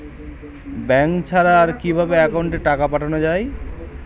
Bank ছাড়া আর কিভাবে একাউন্টে টাকা পাঠানো য়ায়?